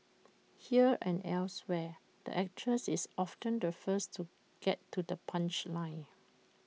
here and elsewhere the actress is often the first to get to the punchline